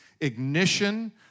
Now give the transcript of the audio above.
ignition